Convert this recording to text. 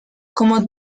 como